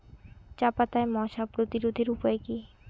চাপাতায় মশা প্রতিরোধের উপায় কি?